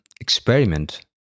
experiment